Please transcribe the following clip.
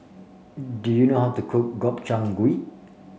do you know how to cook Gobchang Gui